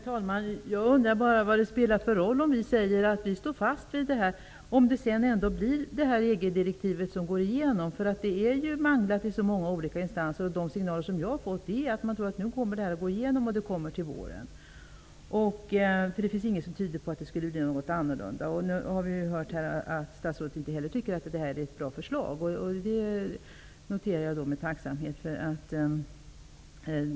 Herr talman! Jag undrar bara vad det spelar för roll om vi säger att vi står fast vid vår offentlighetsprincip, om sedan det EG-direktiv vi har pratat om går igenom. Det har manglats i många olika instanser. De signaler jag har fått är att man nu tror att det kommer att gå igenom till våren. Det finns inget som tyder på att det skulle bli annorlunda. Nu har vi hört att statsrådet inte heller tycker att detta är ett bra förslag. Det noterar jag med tacksamhet.